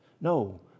No